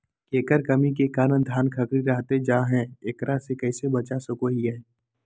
केकर कमी के कारण धान खखड़ी रहतई जा है, एकरा से कैसे बचा सको हियय?